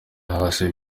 hasi